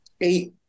Eight